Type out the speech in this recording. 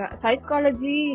psychology